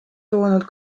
toonud